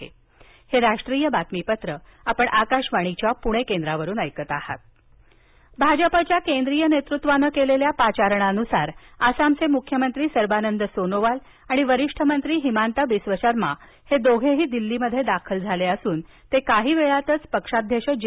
आसाम बैठक भाजपच्या केंद्रीय नेतृत्वानं केलेल्या पाचारणानुसार आसामचे मुख्यमंत्री सर्वानंद सोनोवाल आणि वरिष्ठ मंत्री हिमांता बिस्व शर्मा हे दोघेही दिल्लीमध्ये दाखल झाले असून ते काही वेळात पक्षाध्यक्ष जे